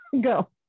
Go